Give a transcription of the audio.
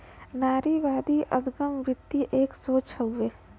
नारीवादी अदगम वृत्ति एक सोच हउए